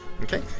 Okay